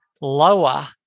lower